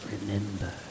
remember